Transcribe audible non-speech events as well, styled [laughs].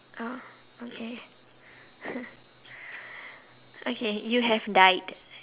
oh okay [laughs] okay you have died